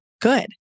good